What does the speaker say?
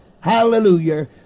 hallelujah